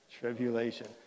tribulation